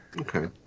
okay